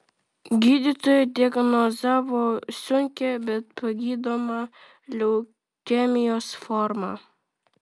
gydytojai diagnozavo sunkią bet pagydomą leukemijos formą